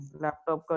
laptop